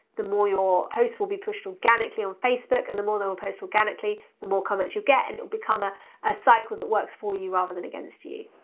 the more your post will be pushed organically on facebook. and the more they will post organically, the more comments you get, and it'll become a ah cycle that works for you rather than against you.